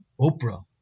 oprah